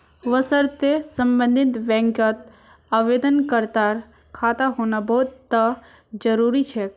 वशर्ते सम्बन्धित बैंकत आवेदनकर्तार खाता होना बहु त जरूरी छेक